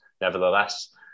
nevertheless